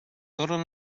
torren